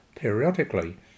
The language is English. periodically